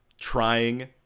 trying